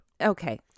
Okay